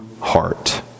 heart